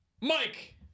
Mike